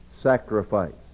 sacrifice